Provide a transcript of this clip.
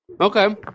Okay